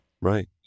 Right